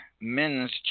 men's